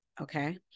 Okay